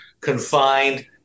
confined